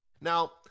Now